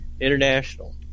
international